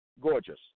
Gorgeous